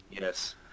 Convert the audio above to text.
Yes